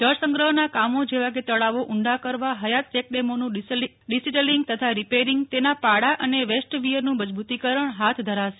જળ સંગ્રહના કામો જેવાકે તળાવો ઊંડા કરવા હયાતચેકડેમોનું ડિસિલટીગ તથા રિપેરિંગ તેના પાળા અને વેસ્ટવિયરનું મજબૂતિકરણ હાથ ધરાશે